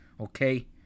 Okay